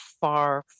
far